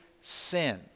sin